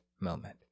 moment